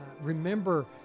remember